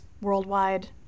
worldwide